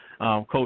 Coach